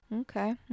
okay